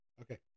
Okay